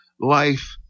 life